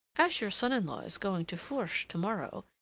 as your son-in-law is going to fourche to-morrow,